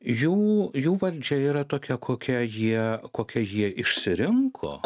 jų jų valdžia yra tokia kokią jie kokią ji išsirinko